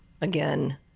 again